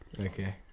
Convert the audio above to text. Okay